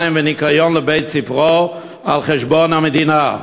מים וניקיון לבתי-ספרו על חשבון המדינה,